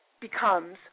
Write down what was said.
becomes